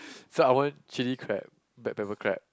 so I want chilli crab black pepper crab